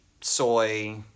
soy